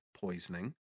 poisoning